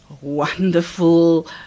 wonderful